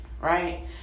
Right